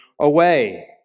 away